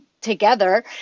together